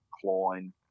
Klein